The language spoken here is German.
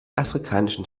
afrikanischen